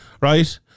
right